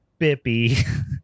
Bippy